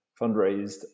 fundraised